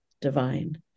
divine